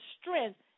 strength